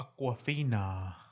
Aquafina